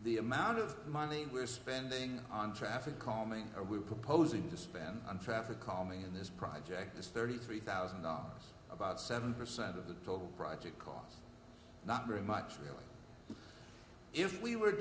the amount of money we're spending on traffic calming or we're proposing to spend on traffic calming in this project is thirty three thousand about seven percent of the total project called not very much really if we were